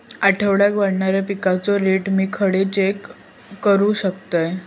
आठवड्याक वाढणारो पिकांचो रेट मी खडे चेक करू शकतय?